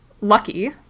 lucky